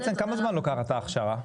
כמה זמן לוקחת ההכשרה?